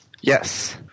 Yes